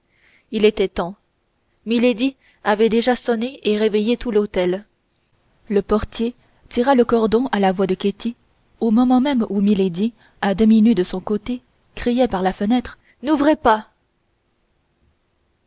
il était temps milady avait déjà sonné et réveillé tout l'hôtel le portier tira le cordon à la voix de ketty au moment même où milady à demi nue de son côté criait par la fenêtre n'ouvrez pas